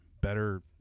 better